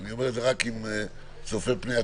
אני רק צופה פני העתיד.